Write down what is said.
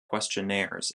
questionnaires